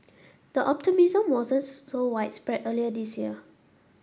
the optimism wasn't so widespread earlier this year